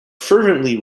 fervently